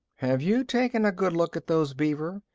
have you taken a good look at those beaver?